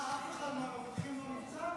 אף אחד מהנוכחים לא נמצא?